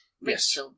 yes